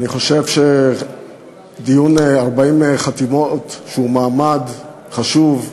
אני חושב שבדיון 40 חתימות, שהוא מעמד חשוב,